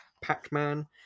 Pac-Man